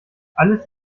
alles